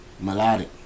Melodic